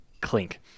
clink